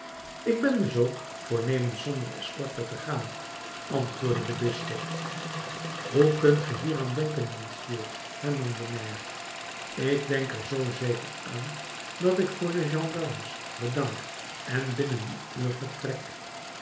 ik ben dus ook voornemens zonder escorte te gaan antwoordde de bisschop hoe kunt ge hieraan denken monseigneur hernam de maire ik denk er zoo zeker aan dat ik voor de gendarmes bedank en binnen een uur vertrek